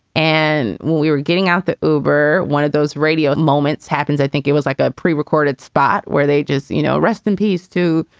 and we were getting out the over. one of those radio moments happens. i think it was like a prerecorded spot where they just, you know, rest in peace, too,